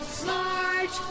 smart